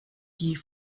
die